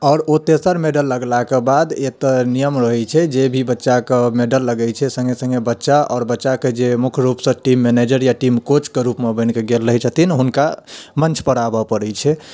आओर ओ तेसर मेडल लगला कऽ बाद एक तऽ नियम रहैत छै जे भी बच्चा कऽ मेडल लगैत छै सङ्गे सङ्गे बच्चा आओर बच्चा कऽ जे मुख्य रूपसँ टीम मैनेजर या टीम कऽ कोच कऽ रूपमे बनि कऽ गेल रहैत छथिन हुनका मञ्च पर आबऽ पड़ैत छै